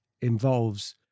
involves